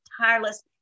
tireless